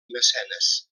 mecenes